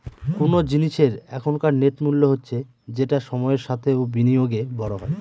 কোন জিনিসের এখনকার নেট মূল্য হচ্ছে যেটা সময়ের সাথে ও বিনিয়োগে বড়ো হয়